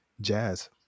jazz